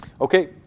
Okay